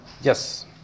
Yes